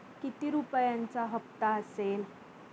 किती रुपयांचा हप्ता असेल?